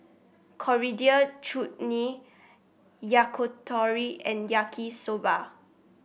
Coriander Chutney Yakitori and Yaki Soba